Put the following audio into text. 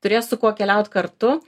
turės su kuo keliauti kartu